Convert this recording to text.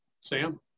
Sam